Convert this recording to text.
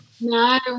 No